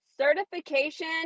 certification